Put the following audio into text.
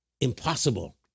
impossible